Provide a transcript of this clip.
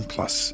Plus